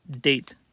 date